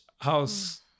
house